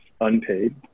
unpaid